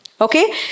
Okay